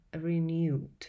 renewed